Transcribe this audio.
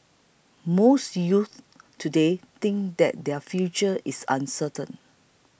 most youths today think that their future is uncertain